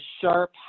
sharp